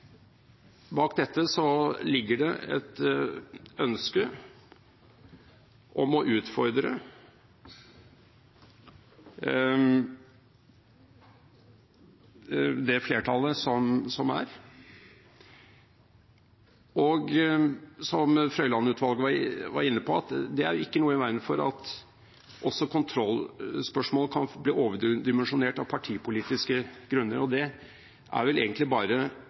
bak dette ligger det et ønske om å utfordre det flertallet som er, og som Frøiland-utvalget var inne på: Det er ikke noe i veien for at også kontrollspørsmål kan bli overdimensjonert av partipolitiske grunner, det kommer vel egentlig bare